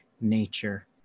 nature